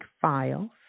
files